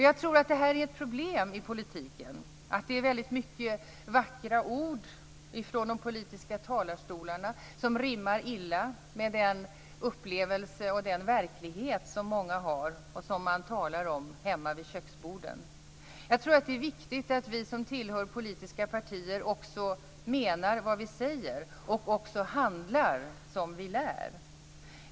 Jag tror att detta är ett problem i politiken, att det är väldigt många vackra ord från de politiska talarstolarna som rimmar illa med den verklighet som många har och som man talar om hemma vid köksborden. Det är viktigt att vi som tillhör politiska partier menar vad vi säger och också handlar som vi lär.